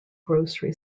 grocery